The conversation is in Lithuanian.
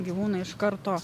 gyvūną iš karto